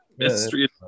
Mystery